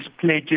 pledges